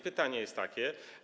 Pytanie jest takie.